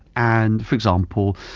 and for example,